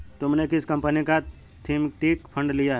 तुमने किस कंपनी का थीमेटिक फंड लिया है?